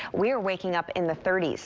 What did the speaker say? we're waking up in the thirty s.